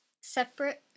separate